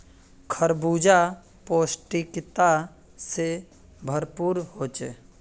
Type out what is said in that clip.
खरबूजा पौष्टिकता से भरपूर होछे